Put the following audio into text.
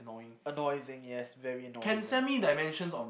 yes very